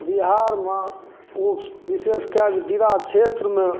बिहारमे को विशेष कऽ के दिअरा क्षेत्रमे